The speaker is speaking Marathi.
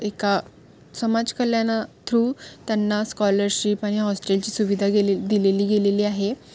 एका समाजकल्याणा थ्रू त्यांना स्कॉलरशिप आणि हॉस्टेलची सुविधा गेले दिलेली गेलेली आहे